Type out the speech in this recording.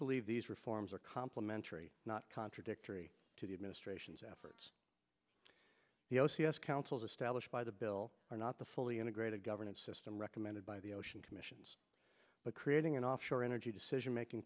believe these reforms are complementary not contradictory to the administration's efforts the o c s councils established by the bill are not the fully integrated governance system recommended by the ocean commissions creating an offshore energy decision making